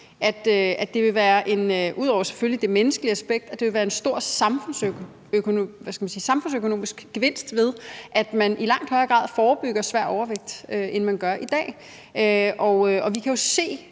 at det ud over det menneskelige aspekt selvfølgelig vil være en stor samfundsøkonomisk gevinst, at man i langt højere grad forebygger svær overvægt, end man gør i dag. Vi kan jo se